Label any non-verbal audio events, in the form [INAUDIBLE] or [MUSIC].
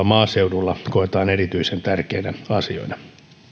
[UNINTELLIGIBLE] maaseudulla koetaan erityisen tärkeinä asioina